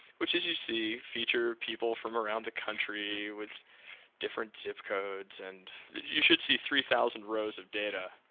which as you see, feature people from around the country with different zip codes and you should see three thousand rows of data